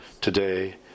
today